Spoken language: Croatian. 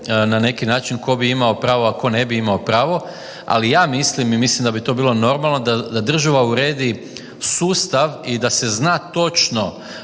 na neki način tko bi imao pravo, a tko ne bi imao pravo. Ali ja mislim i mislim da bi to bilo normalno da država uredi sustav i da se zna točno